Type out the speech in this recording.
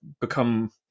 become